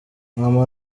mama